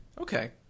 Okay